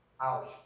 Ouch